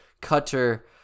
cutter